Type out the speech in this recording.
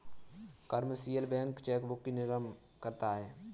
commercial bank chequebook भी निर्गम करता है